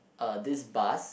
uh this bus